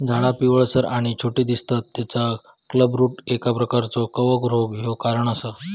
झाडा पिवळसर आणि छोटी दिसतत तेचा क्लबरूट एक प्रकारचो कवक रोग ह्यो कारण असा